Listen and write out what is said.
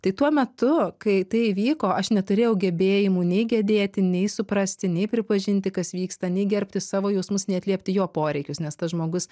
tai tuo metu kai tai įvyko aš neturėjau gebėjimų nei gedėti nei suprasti nei pripažinti kas vyksta nei gerbti savo jausmus nei atliepti jo poreikius nes tas žmogus